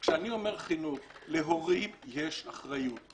כשאני אומר חינוך, להורים יש אחריות.